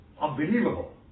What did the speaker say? Unbelievable